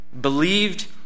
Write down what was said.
believed